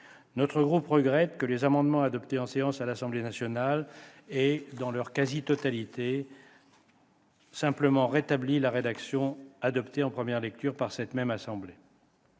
Mon groupe regrette que les amendements adoptés en séance par l'Assemblée nationale aient, dans leur quasi-totalité, simplement rétabli la rédaction adoptée en première lecture par cette même assemblée.